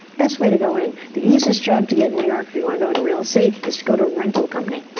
best way to go in. the easiest job to get in new york, if you want to go into real estate, is to go to a rental company.